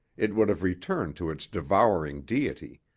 it would have returned to its devouring deity,